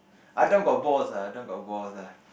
Adam got balls ah Adam got balls lah